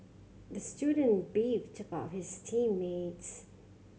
the student beefed about his team mates